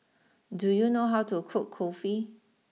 do you know how to cook Kulfi